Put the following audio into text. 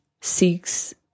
seeks